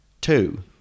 Two